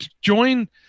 join